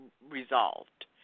resolved